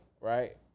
right